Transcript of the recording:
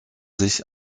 sich